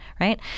right